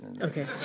Okay